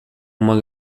uma